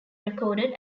recorded